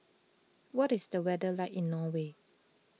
what is the weather like in Norway